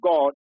God